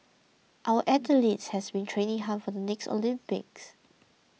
our athletes has been training hard for the next Olympics